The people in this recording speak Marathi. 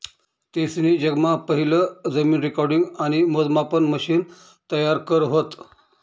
तेसनी जगमा पहिलं जमीन रेकॉर्डिंग आणि मोजमापन मशिन तयार करं व्हतं